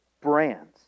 brands